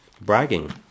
bragging